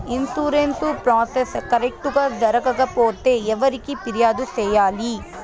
insurance process correct గా జరగకపోతే ఎవరికి ఫిర్యాదు సేయాలి